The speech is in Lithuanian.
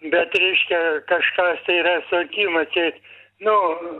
bet reiškia kažkas tai yra su akim atseit nu